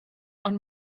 ond